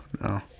No